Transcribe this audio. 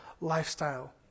lifestyle